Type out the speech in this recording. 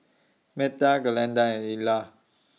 Metha Glenda and Illa